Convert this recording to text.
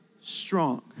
strong